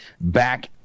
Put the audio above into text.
back